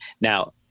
Now